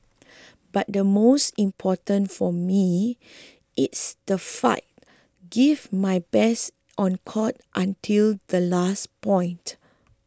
but the most important for me it's to fight give my best on court until the last point